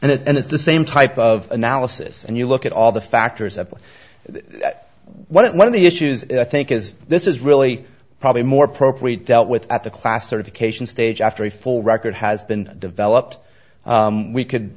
and it and it's the same type of analysis and you look at all the factors at play one of one of the issues i think is this is really probably more appropriate dealt with at the class certification stage after a full record has been developed we could